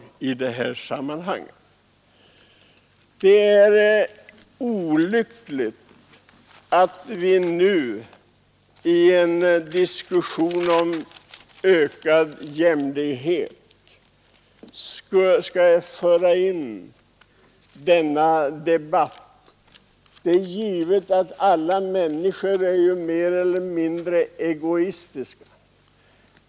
Det är olyckligt att vi nu skall föra in denna debatt i en diskussion om ökad jämlikhet som faktiskt ökar ojämlikheten. Det är givet att alla människor är mer eller mindre egoistiska.